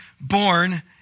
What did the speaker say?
born